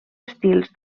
estils